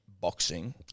Boxing